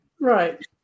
right